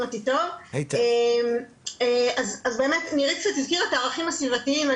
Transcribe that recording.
אז באמת, נירית קצת הזכירה את הערכים הסביבתיים.